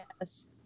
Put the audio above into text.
Yes